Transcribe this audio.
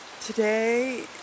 today